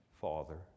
Father